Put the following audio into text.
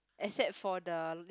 except for the lift